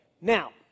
Now